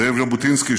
זאב ז'בוטינסקי,